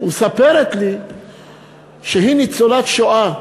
ומספרת לי שהיא ניצולת שואה,